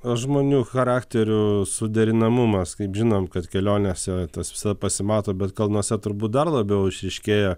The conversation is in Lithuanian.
o žmonių charakterių suderinamumas kaip žinom kad kelionėse tas visada pasimato bet kalnuose turbūt dar labiau išryškėja